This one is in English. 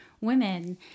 women